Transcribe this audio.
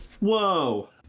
Whoa